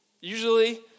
usually